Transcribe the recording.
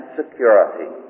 security